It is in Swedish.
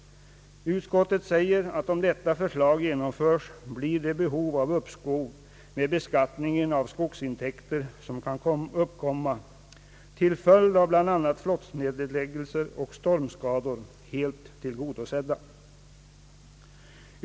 Utskottet säger att om detta förslag genomförs blir de behov av uppskov med beskattningen av skogsintäkter, som kan uppkomma till följd av bl.a. flottledsnedläggelser och stormskador, helt tillgodosedda.